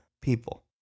people